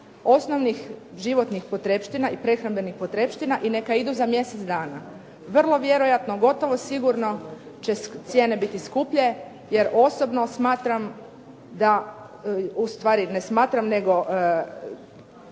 osnovnih životnih potrepština i prehrambenih potrepština i neka idu za mjesec dana. Vrlo vjerojatno, gotovo sigurno će cijene biti skuplje, jer osobno smatram da, ustvari ne smatram, nego